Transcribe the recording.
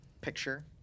picture